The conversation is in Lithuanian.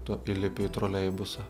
tu įlipi į troleibusą